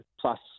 plus